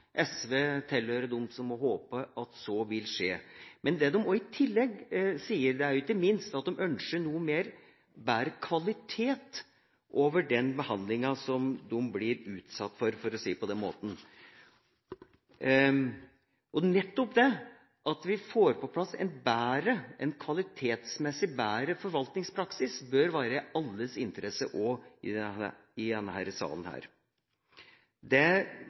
SV tilhører dem som håper at så vil skje. Men det de i tillegg sier, er at de ikke minst ønsker en noe bedre kvalitet over den behandlinga som de blir utsatt for – for å si det på den måten. Nettopp det at vi får på plass en kvalitetsmessig bedre forvaltningspraksis, bør være i alle i denne salens interesse. Det forventer de ungene og de ungdommene som blir direkte utsatt for dette, og det